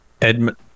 Edmund